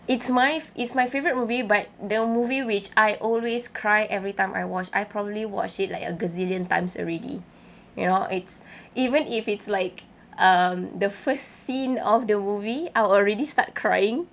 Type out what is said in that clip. it's my it's my favourite movie but the movie which I always cry every time I watch I probably watch it like a gazillion times already you know it's even if it's like um the first scene of the movie I already start crying